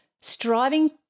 striving